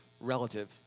relative